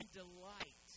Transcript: delight